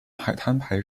海滩